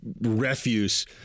refuse